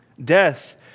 Death